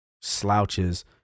slouches